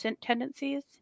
tendencies